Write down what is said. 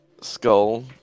skull